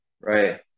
Right